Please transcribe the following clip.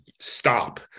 stop